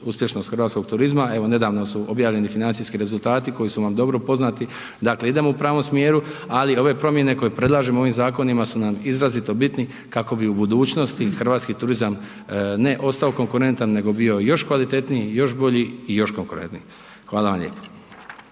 uspješnost hrvatskog turizma. Evo, nedavno su objavljeni financijski rezultati koji su nam dobro poznati. Dakle, idemo u pravom smjeru, ali ove promjene koje predlažemo ovim zakonima su nam izrazito bitni kako bi u budućnosti hrvatski turizam ne ostao konkurentan, nego bio još kvalitetniji, još bolji i još konkurentniji. Hvala vam lijepo.